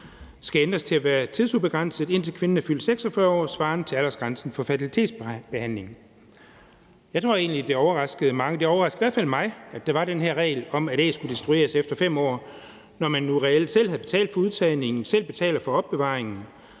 skal ændres til at være tidsubegrænset, indtil kvinden er fyldt 46 år, svarende til aldersgrænsen for fertilitetsbehandling. Jeg tror egentlig, det overraskede mange – det overraskede i hvert fald mig – at der var den her regel om, at æg skulle destrueres efter 5 år, når man nu reelt selv havde betalt for udtagningen og selv betaler for opbevaringen,